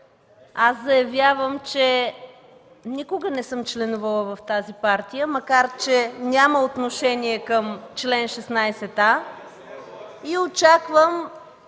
Аз заявявам, че никога не съм членувала в тази партия, макар че няма отношение към чл. 16а и очаквам